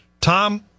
Tom